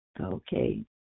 Okay